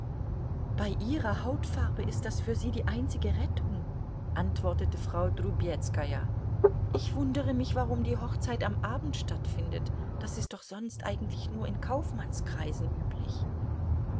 bei ihrer hautfarbe ist das für sie die einzige rettung antwortete frau drubezkaja ich wundere mich warum die hochzeit am abend stattfindet das ist doch sonst eigentlich nur in kaufmannskreisen üblich